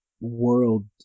world